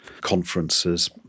conferences